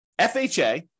FHA